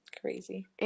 Crazy